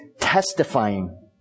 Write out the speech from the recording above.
testifying